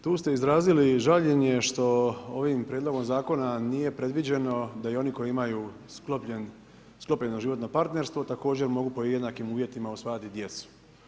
Tu ste izrazili žaljenje što ovim prijedlogom zakona nije predviđeno da i oni koji imaju sklopljeno životno partnerstvo također mogu pod jednakim uvjetima usvajati djecu.